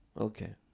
Okay